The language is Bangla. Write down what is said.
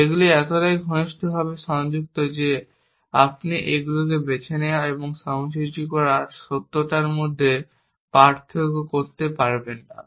এগুলি এতটাই ঘনিষ্ঠভাবে সংযুক্ত যে আপনি এগুলি বেছে নেওয়া এবং সময়সূচী করার সত্যতার মধ্যে পার্থক্য করতে পারবেন না